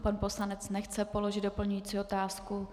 Pan poslanec nechce položit doplňující otázku.